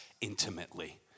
intimately